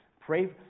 pray